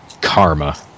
Karma